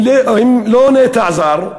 הם לא נטע זר,